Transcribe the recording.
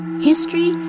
History